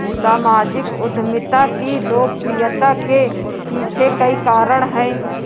सामाजिक उद्यमिता की लोकप्रियता के पीछे कई कारण है